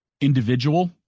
individual